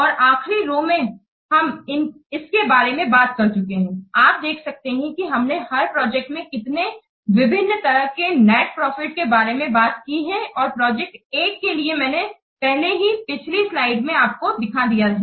और आखिरी रो में हम इसके बारे मैं बात कर चुके हैं आप देख सकते हैं कि हमने हर प्रोजेक्ट में कितने विभिन्न तरह के नेट प्रॉफिट के बारे में बात की है और प्रोजेक्ट 1 के लिए मैंने पहले ही पिछली स्लाइड में आपको दिखा दिया है